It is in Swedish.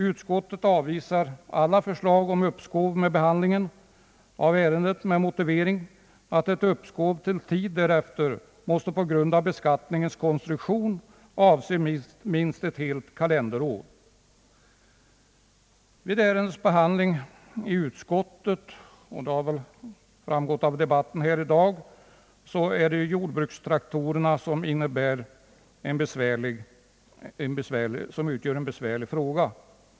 Utskottet avvisar alla förslag om uppskov med behandlingen av ärendet med motiveringen att »ett uppskov till tid därefter måste på grund av beskatiningens kon Vid ärendets behandling i utskottet — och det har väl också framgått av debatten i dag — har beskattningen av jordbrukstraktorerna varit en besvärlig fråga.